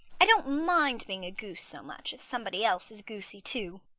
i don't mind being a goose so much if somebody else is goosey, too.